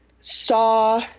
saw